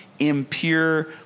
impure